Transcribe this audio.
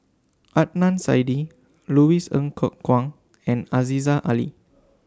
Adnan Saidi Louis Ng Kok Kwang and Aziza Ali